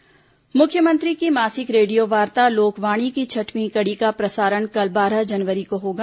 लोकवाणी मुख्यमंत्री की मासिक रेडियोवार्ता लोकवाणी की छठवीं कड़ी का प्रसारण कल बारह जनवरी को होगा